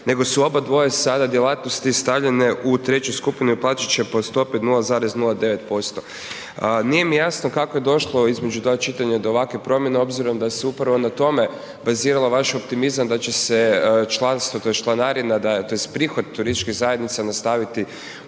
nego su obadvoje sada djelatnosti stavljene u treću skupinu i platit će po stopi od 0,09%. Nije mi jasno kako je došlo između dva čitanja do ovakve promjene obzirom da se upravo na tome bazirao vaš optimizam da će se članstvo, tj. članarina tj. prihod turističkim zajednicama se nastaviti